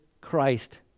Christ